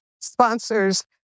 sponsors